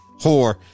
whore